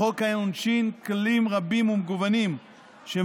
בחוק העונשין יש כלים רבים ומגוונים אשר